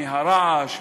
מהרעש,